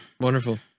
Wonderful